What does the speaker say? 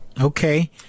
Okay